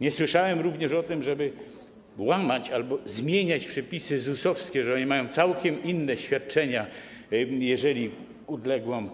Nie słyszałem również o tym, żeby łamać albo zmieniać przepisy ZUS-owskie tak, że oni mają całkiem inne świadczenia, jeżeli ulegną